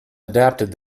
adapted